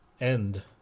end